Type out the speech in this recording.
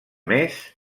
més